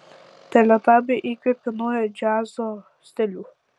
teletabiai įkvėpė naują džiazo stilių